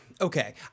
Okay